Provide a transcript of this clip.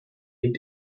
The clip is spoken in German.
liegt